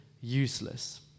useless